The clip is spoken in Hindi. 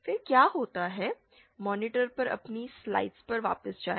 फिर क्या होता है मॉनिटर पर अपनी स्लाइड्स पर वापस जाएँ